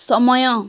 ସମୟ